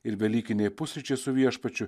ir velykiniai pusryčiai su viešpačiu